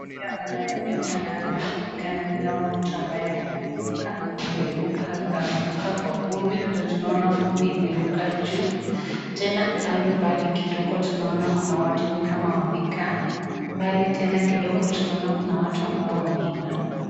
Huyu anayeonekana hapa anaonekana ni kama mtu ambaye ameanguka, ameruka akaanguka kwa vumbi vile tunaona vumbi imeruka juu, tena kando kidogo tunaona kuna watu ni kama wamekaa, mbali tena kidogo tunaona kuna watu ambao wameinama.